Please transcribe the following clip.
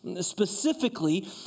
specifically